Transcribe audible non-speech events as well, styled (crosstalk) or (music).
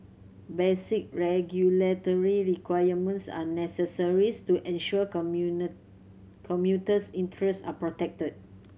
basic regulatory requirements are necessary (unintelligible) to ensure (unintelligible) commuter interests are protected